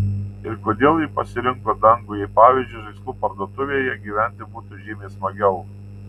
ir kodėl ji pasirinko dangų jei pavyzdžiui žaislų parduotuvėje gyventi būtų žymiai smagiau